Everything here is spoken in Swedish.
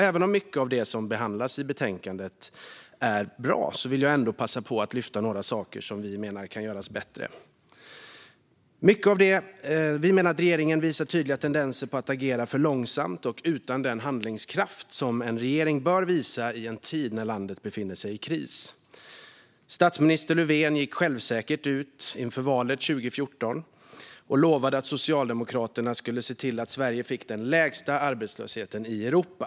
Även om mycket av det som behandlas i betänkandet är bra vill jag passa på att lyfta fram några saker som vi menar kan göras bättre. Vi menar att regeringen visar tydliga tendenser att agera för långsamt och utan den handlingskraft som en regering bör visa i en tid när landet befinner sig i kris. Statsminister Löfven gick självsäkert ut inför valet 2014 och lovade att Socialdemokraterna skulle se till att Sverige fick den lägsta arbetslösheten i Europa.